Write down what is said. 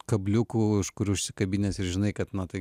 kabliukų už kurių užsikabinęs ir žinai kad matai